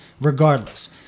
regardless